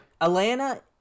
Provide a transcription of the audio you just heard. Atlanta